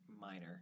minor